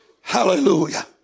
Hallelujah